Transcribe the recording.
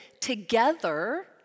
Together